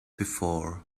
before